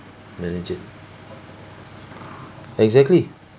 manage it exactly